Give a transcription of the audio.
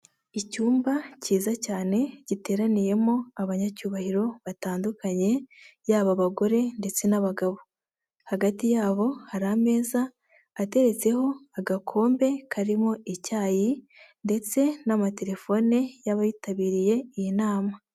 Icyumba cyiza cyane giteraniyemo abanyacyubahiro batandukanye yaba abagore ndetse n'abagabo, hagati yabo hari ameza ateretseho agakombe karimo icyayi ndetse n'amatelefone y'abayitabiriye iyi nama.